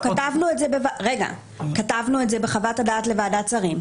כתבנו את זה בחוות הדעת לוועדת שרים.